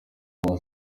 paul